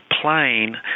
plane